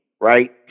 right